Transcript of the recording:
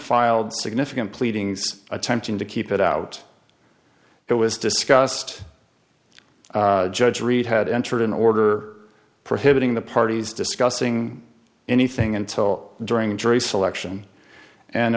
filed significant pleadings attempting to keep it out it was discussed judge reed had entered an order prohibiting the parties discussing anything until during jury selection and